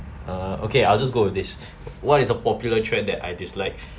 uh okay I'll just go with this what is a popular trait that I dislike